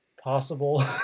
possible